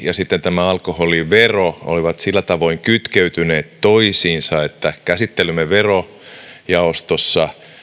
ja tämä alkoholivero olivat sillä tavoin kytkeytyneet toisiinsa että käsittelymme verojaostossa